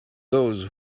those